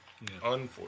Unfortunate